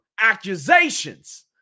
accusations